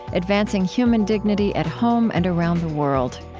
advancing human dignity at home and around the world.